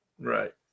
right